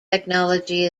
technology